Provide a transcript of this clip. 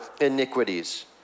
iniquities